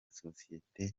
sosiyete